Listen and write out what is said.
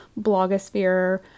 blogosphere